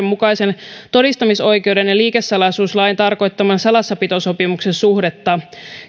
mukaisen todistamisoikeuden ja liikesalaisuuslain tarkoittaman salassapitosopimuksen suhdetta